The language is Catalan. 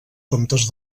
comtes